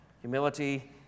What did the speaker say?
Humility